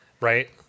right